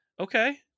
okay